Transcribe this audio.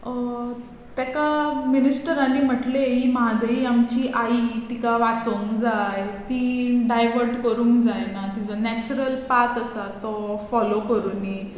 ताका मिनिस्टरांनी म्हटलें ही म्हादयी आमची आई तिका वाचोवंक जाय ती डायवट करूंक जायना तिजो नॅचरल पाथ आसा तो फॉलो करुनी